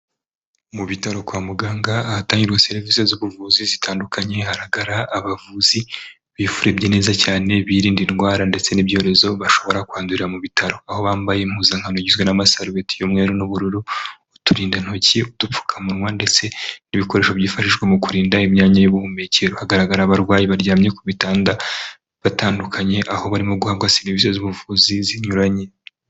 Mu bitaro kwa muganga ahatangirwa serivisi z'ubuvuzi zitandukanye, hagaragara abavuzi bifurebye neza cyane birinda indwara ndetse n'ibyorezo bashobora kwandurira mu bitaro. Aho bambaye impuzankano igizwe n'amasarubeti y'umweru n'ubururu, uturindantoki, udupfukamunwa ndetse n'ibikoresho byifashishwa mu kurinda imyanya y'ubuhumekero. Hagaragara abarwayi baryamye ku bitanda batandukanye, aho barimo guhabwa serivisi z'ubuvuzi zinyuranye.